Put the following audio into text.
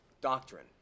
doctrine